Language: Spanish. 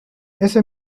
ese